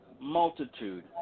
multitude